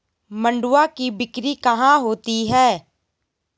मंडुआ की बिक्री कहाँ होती है?